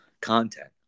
content